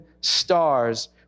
stars